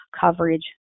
coverage